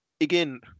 again